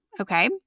Okay